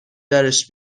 درش